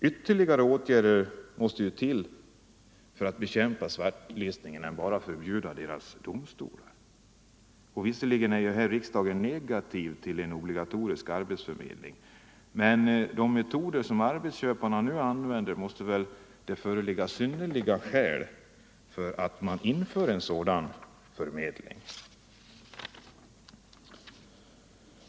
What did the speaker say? Ytterligare åtgärder måste till för att bekämpa svartlistning än att bara förbjuda arbetsköparnas domstol. Visserligen är riksdagen negativ till en obligatorisk arbetsförmedling, men med de metoder arbetsköparna nu använder måste synnerliga skäl anses föreligga för att införa en sådan förmedling.